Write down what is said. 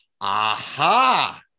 aha